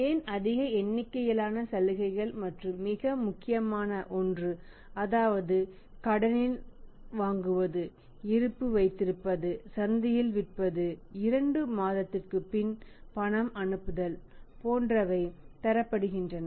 ஏன் அதிக எண்ணிக்கையிலான சலுகைகள் மற்றும் மிக முக்கியமான ஒன்று அதாவது கடனில் வாங்குவது இருப்பு வைத்திருப்பது சந்தையில் விற்பது இரண்டு மாதத்திற்குப் பின் பணம் அனுப்புதல் போன்றவை தரப்படுகின்றன